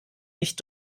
nicht